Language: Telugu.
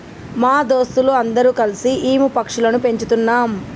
మా దోస్తులు అందరు కల్సి ఈము పక్షులని పెంచుతున్నాం